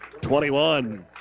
21